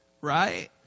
right